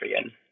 again